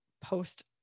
post